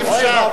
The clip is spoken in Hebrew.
אי-אפשר,